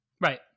Right